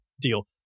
deal